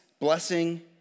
blessing